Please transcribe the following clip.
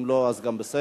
אם לא, אז גם בסדר.